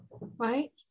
right